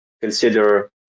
consider